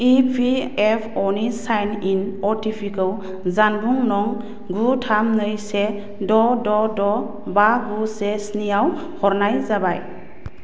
E P F O नि sign in O T P खौ जानबुं नं गु थाम नै से द' द' द' बा गु से स्निआव हरनाय जाबाय